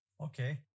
Okay